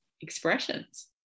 expressions